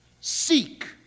seek